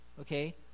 okay